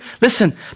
Listen